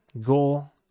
goal